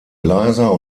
leiser